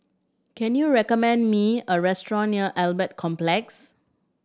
can you recommend me a restaurant near Albert Complex